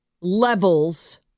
levels